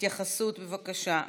התייחסות, בבקשה.